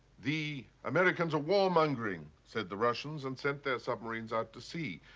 the americans are war mongering said the russians and sent their submarines out to sea.